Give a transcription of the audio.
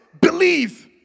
believe